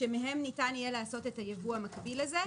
שמהן ניתן יהיה לעשות את הייבוא המקביל הזה.